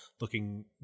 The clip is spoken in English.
looking